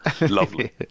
Lovely